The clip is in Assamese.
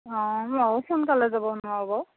অঁ মইও সোনকালে যাব নোৱাৰোঁ বাৰু